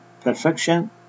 Perfection